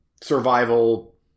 survival